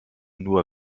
nur